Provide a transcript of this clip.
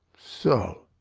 so.